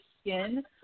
skin